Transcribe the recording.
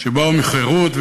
שבאו מחרות,